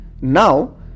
Now